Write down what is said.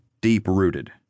deep-rooted